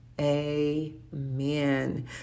amen